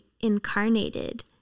incarnated